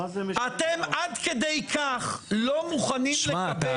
אתם עד כדי כך לא מוכנים לקבל --- שמע,